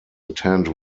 attend